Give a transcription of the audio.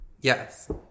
yes